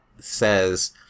says